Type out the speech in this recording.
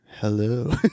hello